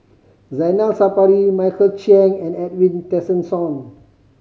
Zainal Sapari Michael Chiang and Edwin Tessensohn